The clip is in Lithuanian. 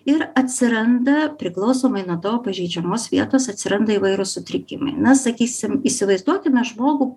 ir atsiranda priklausomai nuo tavo pažeidžiamos vietos atsiranda įvairūs sutrikimai na sakysim įsivaizduokime žmogų